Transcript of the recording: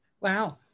Wow